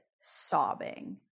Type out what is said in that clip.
sobbing